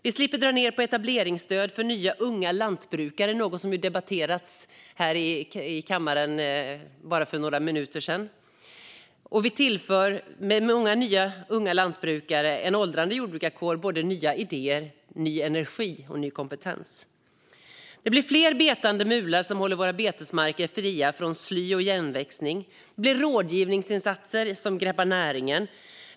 Vi slipper dra ned på etableringsstöd för nya unga lantbrukare, något som ju debatterades här i kammaren för bara några minuter sedan. Med många nya unga lantbrukare tillför vi en åldrande jordbrukarkår nya idéer, ny energi och ny kompetens. Det blir fler betande mular som håller våra betesmarker fria från sly och igenväxning. Det blir rådgivningsinsatser som Greppa näringen.